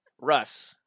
Russ